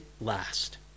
last